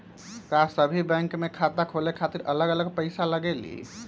का सभी बैंक में खाता खोले खातीर अलग अलग पैसा लगेलि?